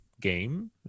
game